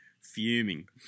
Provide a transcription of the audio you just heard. Fuming